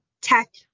tech